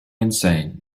insane